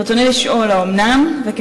ברצוני לשאול: 1. האומנם?